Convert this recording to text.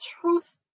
truth